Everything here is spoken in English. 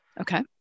Okay